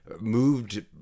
moved